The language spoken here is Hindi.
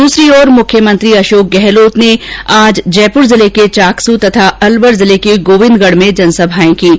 दूसरी ओर मुख्यमंत्री अषोक गहलोत ने आज जयपुर जिले के चाकसू तथा अवलर जिले के गोविन्दगढ तथा जनसभाएं कीं